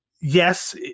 yes